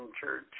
Church